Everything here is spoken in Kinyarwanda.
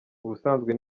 ubusanzwe